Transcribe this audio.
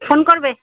phone করবে